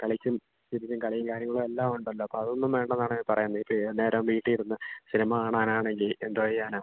കളിച്ചും ചിരിച്ചും കളിയും കാര്യങ്ങളും എല്ലാം ഉണ്ടല്ലൊ അപ്പം അതൊന്നും വേണ്ടന്നാണോ നീ പറയുന്നത് ഇപ്പം ഏതുനേരവും വീട്ടിൽ ഇരുന്ന് സിനിമ കാണാനാണെങ്കിൽ എന്തോ ചെയ്യാനാണ്